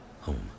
Home